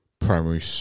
Primary